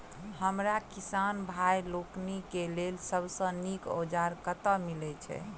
हमरा किसान भाई लोकनि केँ लेल सबसँ नीक औजार कतह मिलै छै?